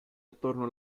attorno